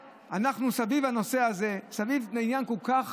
סביב הנושא הזה, סביב לעניין כל כך